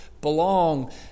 belong